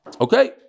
Okay